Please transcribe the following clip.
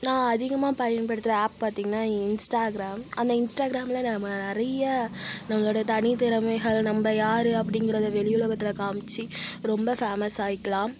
நான் அதிகமாக பயன்படுத்துகிற ஆப் பார்த்தீங்கன்னா இன்ஸ்ட்டாகிராம் அந்த இன்ஸ்ட்டாகிராமில் நாம் நிறைய நம்மளுடைய தனித்திறமைகளை நம்ம யார் அப்படிங்கிறத வெளி உலகத்தில் காமித்து ரொம்ப ஃபேமஸ் ஆகிக்கலாம்